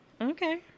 Okay